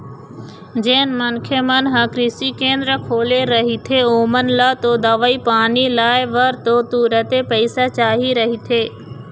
जेन मनखे मन ह कृषि केंद्र खोले रहिथे ओमन ल तो दवई पानी लाय बर तो तुरते पइसा चाही रहिथे